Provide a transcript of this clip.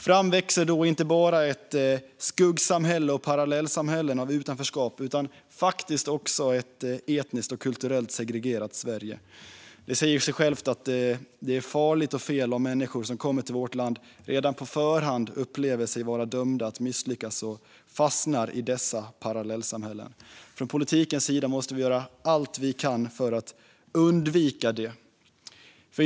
Fram växer då inte bara ett skuggsamhälle och parallellsamhällen av utanförskap utan faktiskt också ett etniskt och kulturellt segregerat Sverige. Det säger sig självt att det är farligt och fel om människor som kommer till vårt land redan på förhand upplever sig vara dömda att misslyckas och fastnar i dessa parallellsamhällen. Från politikens sida måste vi göra allt vi kan för att undvika detta.